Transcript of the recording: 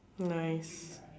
nice